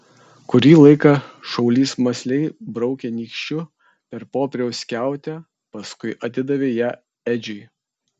kurį laiką šaulys mąsliai braukė nykščiu per popieriaus skiautę paskui atidavė ją edžiui